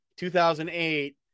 2008